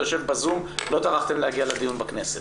אתה יושב בזום ולא טרחתם להגיע לדיון בכנסת,